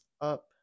up